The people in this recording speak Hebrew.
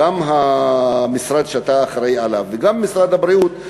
גם המשרד שאתה אחראי עליו וגם משרד הבריאות,